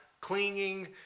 clinging